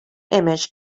image